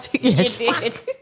Yes